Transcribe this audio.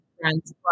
friends